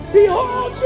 Behold